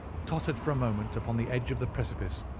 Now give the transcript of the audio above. tottered for a moment upon the edge of the precipice,